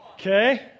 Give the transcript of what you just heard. Okay